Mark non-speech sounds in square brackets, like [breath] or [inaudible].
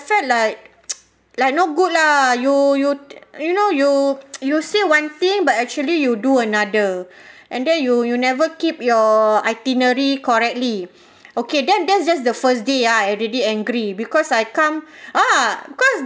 felt like [noise] like no good lah you you t~ you know you [noise] you say one thing but actually you do another [breath] and then you you never keep your itinerary correctly [breath] okay then that's just the first day ah I already angry because I come [breath] ah because